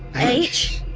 h,